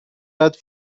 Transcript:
قدر